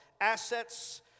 assets